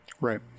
Right